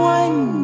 one